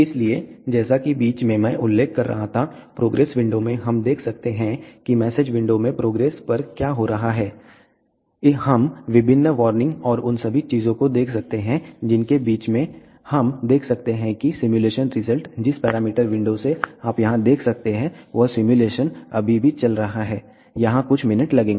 इसलिए जैसा कि बीच में मैं उल्लेख कर रहा था प्रोग्रेस विंडो में हम देख सकते हैं कि मैसेज विंडो में प्रोग्रेस पर क्या हो रहा है हम विभिन्न वार्निंग और उन सभी चीजों को देख सकते हैं जिनके बीच में हम देख सकते हैं सिमुलेशन रिजल्ट जिस पैरामीटर विंडो से आप यहां देख सकते हैं वह सिमुलेशन अभी भी चल रहा है यहां कुछ मिनट लगेंगे